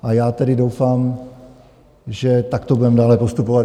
A já tedy doufám, že takto budeme dále postupovat.